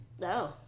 No